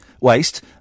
waste